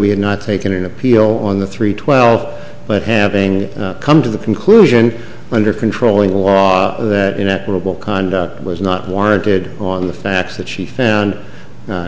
we have not taken an appeal on the three to well but having come to the conclusion under controlling laws that inequitable conduct was not warranted on the facts that she found